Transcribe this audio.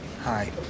Hi